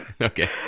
Okay